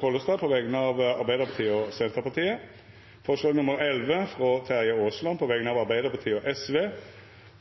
Pollestad på vegner av Arbeidarpartiet og Senterpartiet forslag nr. 11, frå Terje Aasland på vegner av Arbeidarpartiet og Sosialistisk Venstreparti